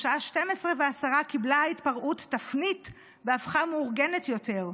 בשעה 12:10 קיבלה ההתפרעות תפנית והפכה מאורגנת יותר.